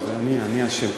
אני אשם,